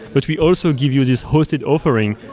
but we also give you this hosted offering,